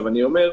אני אומר: